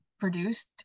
produced